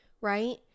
right